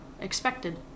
expected